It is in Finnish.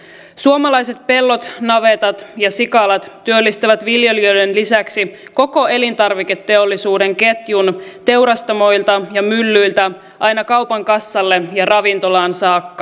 suomalaiset pellot navetat ja sikalat työllistävät viljelijöiden lisäksi koko elintarviketeollisuuden ketjun teurastamoilta ja myllyiltä aina kaupan kassalle ja ravintolaan saakka